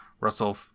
russell